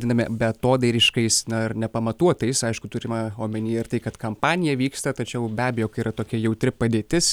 vadinami beatodairiškais na ir nepamatuotais aišku turima omenyje ir tai kad kampanija vyksta tačiau be abejo kai yra tokia jautri padėtis